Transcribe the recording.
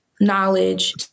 knowledge